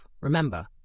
Remember